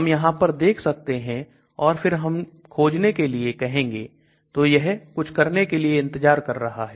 हम यहां पर देख सकते हैं और फिर हम खोजने के लिए कहेंगे तो यह कुछ करने के लिए इंतजार कर रहा है